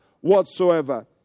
whatsoever